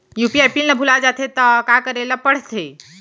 UPI PIN ल भुला जाथे त का करे ल पढ़थे?